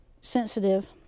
sensitive